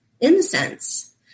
incense